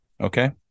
Okay